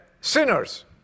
sinners